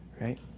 Right